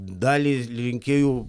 dalį rinkėjų